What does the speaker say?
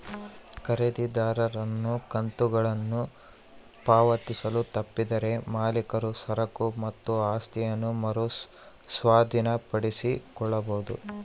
ಖರೀದಿದಾರನು ಕಂತುಗಳನ್ನು ಪಾವತಿಸಲು ತಪ್ಪಿದರೆ ಮಾಲೀಕರು ಸರಕು ಮತ್ತು ಆಸ್ತಿಯನ್ನ ಮರು ಸ್ವಾಧೀನಪಡಿಸಿಕೊಳ್ಳಬೊದು